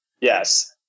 Yes